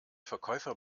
verkäufer